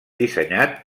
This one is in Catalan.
dissenyat